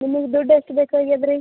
ನಿಮಗ್ ದುಡ್ಡು ಎಷ್ಟು ಬೇಕಾಗ್ಯದೆ ರೀ